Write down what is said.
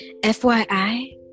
FYI